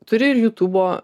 turi ir jutubo